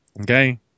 Okay